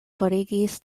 forigis